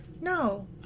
No